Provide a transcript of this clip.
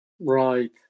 Right